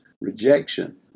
rejection